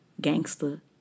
gangster